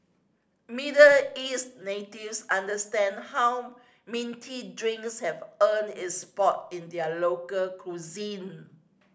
Middle East natives understand how minty drinks have earned its spot in their local cuisine